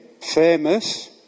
famous